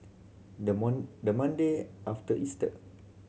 the the Monday after Easter